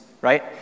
right